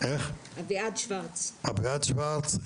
אביעד שוורץ,